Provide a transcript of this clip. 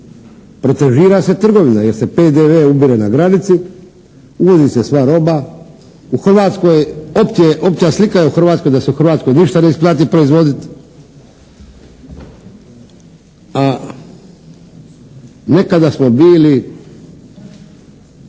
Protežira se trgovina jer se PDV ubire na granici, uvozi se sva roba. U Hrvatskoj, opća slika je u Hrvatskoj da se u Hrvatskoj ništa ne isplati proizvoditi, a nekada smo bili